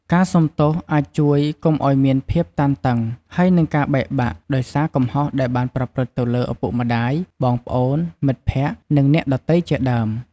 ការសុំទោសអាចជួយ កុំឲ្យមានភាពតានតឹង ហើយនិងការបែកបាក់ ដោយសារកំហុសដែលបានប្រព្រឹត្តទៅលើ ឪពុកម្ដាយ បងប្អូន មិត្តភក្តិ និងអ្នកដទៃជាដើម។